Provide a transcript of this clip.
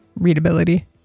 readability